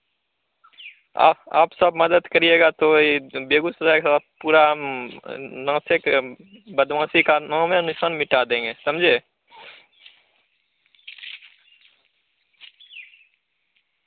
आप आप सब मदद करिएगा तो वही तो बेगूसराय का पूरा हम नव चेक हम बदमाशी का नामो निशान मिटा देंगे समझे